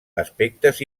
aspectes